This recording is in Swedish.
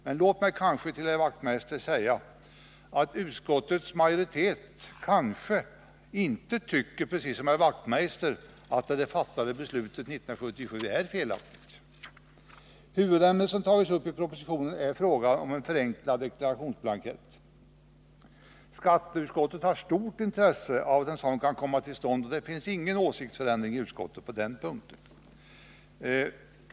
Men låt mig ändå till herr Wachtmeister säga, att utskottets majoritet kanske inte tycker precis som herr Wachtmeister att det 1977 fattade beslutet är felaktigt. Huvudämnet som tagits upp i propositionen är frågan om en förenklad deklarationsblankett. Skatteutskottet har stort intresse av att en sådan kan komma till stånd, och det finns ingen åsiktsförändring i utskottet på den punkten.